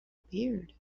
appeared